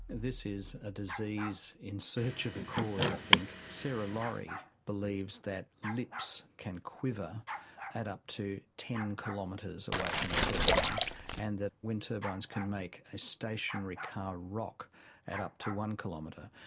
this is a disease in search of a cause, i think. sarah laurie believes that lips can quiver at up to ten kilometres away from a turbine and that wind turbines can make a stationary car rock at up to one kilometre.